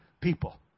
people